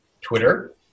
Twitter